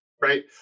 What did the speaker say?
right